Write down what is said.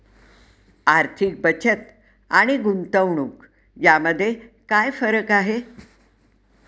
आर्थिक बचत आणि गुंतवणूक यामध्ये काय फरक आहे?